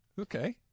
Okay